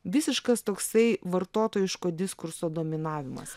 visiškas toksai vartotojiško diskurso dominavimas